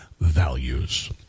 values